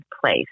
place